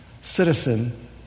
citizen